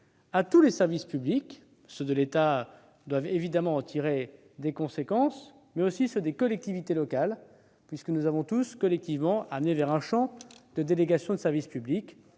à tous les services publics : ceux de l'État, qui doivent évidemment en tirer les conséquences, tout comme ceux des collectivités locales. En effet, nous avons tous collectivement à connaître d'un champ de délégation de service public,